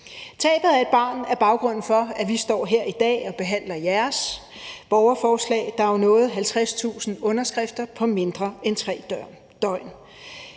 Tabet af et barn er baggrunden for, at vi står her i dag og behandler jeres borgerforslag, der jo nåede 50.000 underskrifter på mindre end 3 døgn.